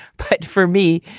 but for me,